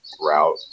route